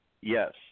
yes